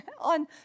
on